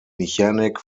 mechanic